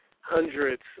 hundreds